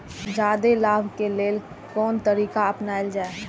जादे लाभ के लेल कोन तरीका अपनायल जाय?